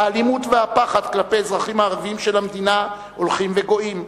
האלימות והפחד כלפי אזרחיה הערבים של המדינה הולכים וגואים.